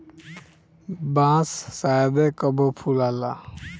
बांस शायदे कबो फुलाला